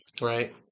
right